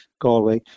Galway